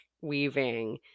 weaving